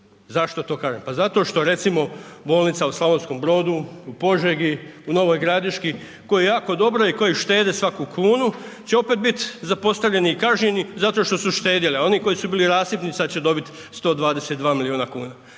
Zašto to kažem? Pa zato što recimo Bolnica u Slavonskom Brodu u Požegi, u Novoj Gradiški koje jako dobro i koje štede svaku kunu će opet biti zapostavljeni i kažnjeni zato što su štedjeli, a oni koji su bili rasipni sada će dobiti 122 milijuna kuna.